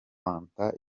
fanta